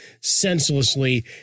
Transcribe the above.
senselessly